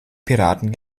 piraten